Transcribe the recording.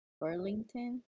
burlington